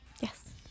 Yes